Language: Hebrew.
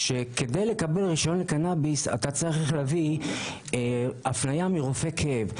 אתה יודע שכדי לקבל רישיון לקנביס אתה צריך להביא הפניה מרופא כאב,